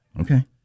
Okay